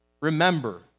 remember